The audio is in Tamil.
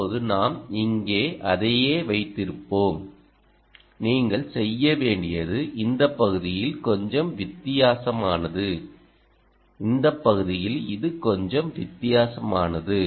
இப்போது நாம் இங்கே அதையே வைத்திருப்போம் நீங்கள் செய்ய வேண்டியது இந்த பகுதியில் கொஞ்சம் வித்தியாசமானது இந்த பகுதியில் இது கொஞ்சம் வித்தியாசமானது